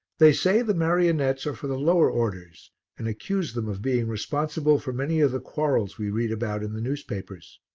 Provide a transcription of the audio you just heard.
they say the marionettes are for the lower orders and accuse them of being responsible for many of the quarrels we read about in the newspapers.